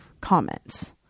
comments